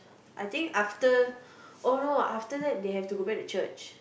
I think after oh no after that they have to go back to church